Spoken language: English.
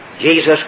Jesus